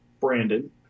Brandon